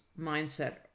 mindset